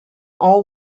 all